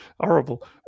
horrible